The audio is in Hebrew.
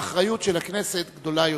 האחריות של הכנסת גדולה יותר.